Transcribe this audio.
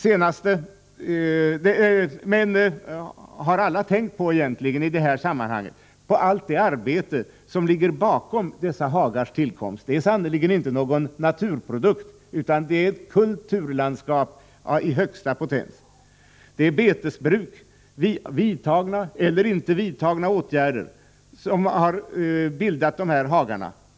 Men har alla tänkt på det arbete som ligger bakom dess tillkomst? Den är sannerligen inte någon naturprodukt utan ett kulturlandskap, i högsta potens. Det är betesbruk, vidtagna eller inte vidtagna åtgärder som har bildat dessa hagar.